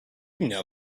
thinking